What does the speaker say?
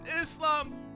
Islam